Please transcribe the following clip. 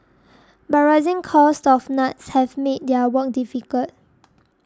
but rising costs of nuts have made their work difficult